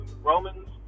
Romans